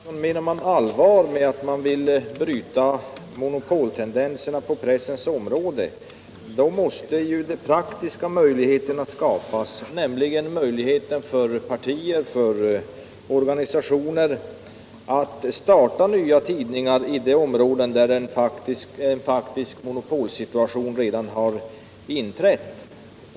Herr talman! Menar man allvar med att man vill bryta monopoltendenserna på pressens område så måste de praktiska möjligheterna skapas för partier och organisationer att starta nya tidningar i de områden där en faktisk monopolsituation redan inträtt.